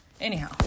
Anyhow